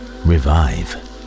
Revive